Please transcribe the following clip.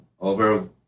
over